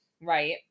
right